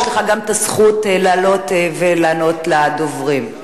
יש לך גם את הזכות לעלות ולענות לדוברים.